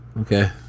Okay